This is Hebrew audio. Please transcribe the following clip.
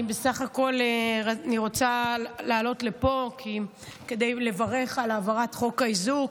אני בסך הכול רוצה לעלות לפה כדי לברך על העברת חוק האיזוק.